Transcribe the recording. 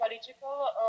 political